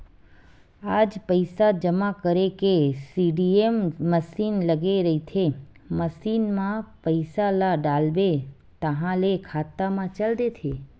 आज पइसा जमा करे के सीडीएम मसीन लगे रहिथे, मसीन म पइसा ल डालबे ताहाँले खाता म चल देथे